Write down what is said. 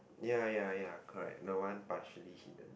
ya ya ya correct no one partially hidden